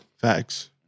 Facts